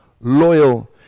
loyal